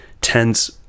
tense